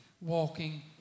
walking